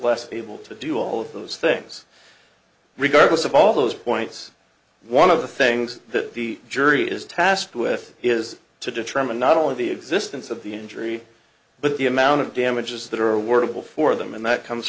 less able to do all of those things regardless of all those points one of the things that the jury is tasked with is to determine not only the existence of the injury but the amount of damages that are workable for them and that comes